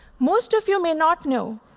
most of you may not know,